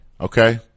Okay